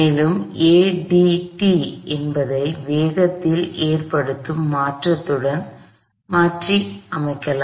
மேலும் adt என்பதை வேகத்தில் ஏற்படும் மாற்றத்துடன் மாற்றி அமைக்கலாம்